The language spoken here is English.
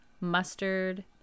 mustard